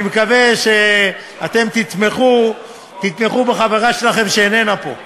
אני מקווה שאתם תתמכו בחברה שלכם, שאיננה פה.